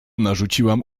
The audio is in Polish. narzuciłam